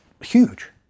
huge